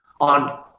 on